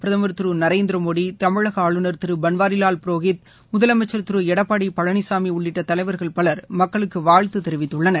பிரதமர் திரு நரேந்திரமோடி தமிழக ஆளுநர் திரு பன்வாரிலால் புரோஹித் முதலமைச்சர் திரு எடப்பாடி பழனிசாமி உள்ளிட்ட தலைவர்கள் பலர் மக்களுக்கு வாழ்த்து தெரிவித்துள்ளார்